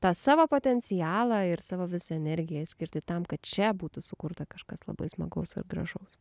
tą savo potencialą ir savo visą energiją skirti tam kad čia būtų sukurta kažkas labai smagaus ir gražaus